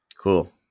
Cool